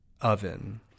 oven